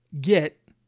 get